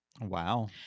wow